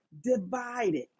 divided